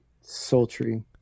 sultry